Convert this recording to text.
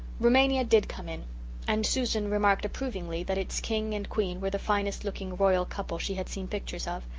rumania did come in and susan remarked approvingly that its king and queen were the finest looking royal couple she had seen pictures of.